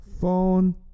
phone